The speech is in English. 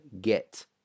get